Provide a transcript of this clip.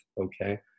okay